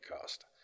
cost